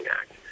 act